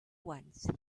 once